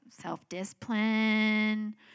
self-discipline